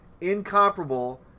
Incomparable